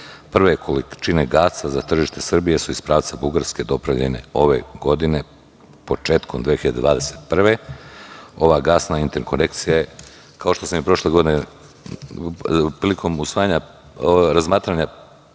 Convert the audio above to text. Prve količine gasa za tržište Srbije su iz pravca Bugarske dopremljene ove godine, početkom 2021.Ova gasna interkonekcija je, kao što sam i prošle godine prilikom razmatranja